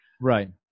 right